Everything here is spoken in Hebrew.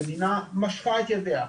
המדינה 'משכה את ידיה'